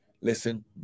Listen